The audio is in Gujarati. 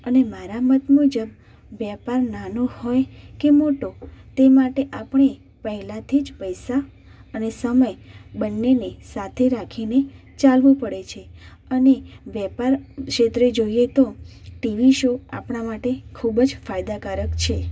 અને મારા મત મુજબ વેપાર નાનો હોય કે મોટો તે માટે આપણે પહેલાંથી જ પૈસા અને સમય બંનેને સાથે રાખીને ચાલવું પડે છે અને વેપાર ક્ષેત્રે જોઈએ તો ટીવી શો આપણા માટે ખૂબ જ ફાયદાકારક છે